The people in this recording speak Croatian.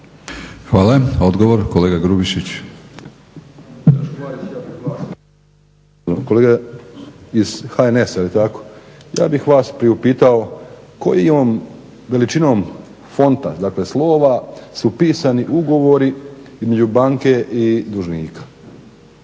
uključen./ … kolega iz HNS-a, jel tako? Ja bih vas priupitao kojom veličinom fonta, dakle slova su pisani ugovori između banke i dužnika?